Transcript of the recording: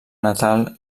natal